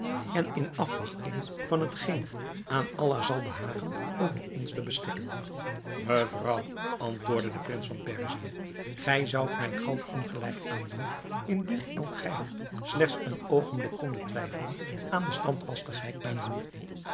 en in afwachting van hetgeen aan allah zal behagen over ons te beschikken mevrouw antwoordde de prins van perzië gij zoudt mij groot ongelijk aandoen indien gij ook slechts een oogenblik kondet twijfelen aan de standvastigheid mijner liefde